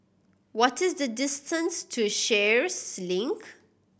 what is the distance to Sheares Link